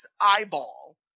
eyeball